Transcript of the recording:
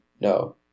No